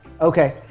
Okay